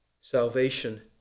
salvation